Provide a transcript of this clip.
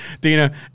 Dina